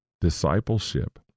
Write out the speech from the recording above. Discipleship